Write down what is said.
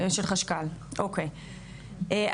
אוקי,